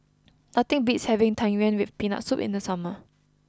nothing beats having Tang Yuen with Peanut Soup in the summer